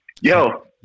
Yo